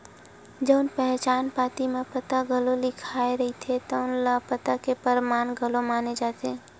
जउन पहचान पाती म पता घलो लिखाए रहिथे तउन ल पता के परमान घलो माने जाथे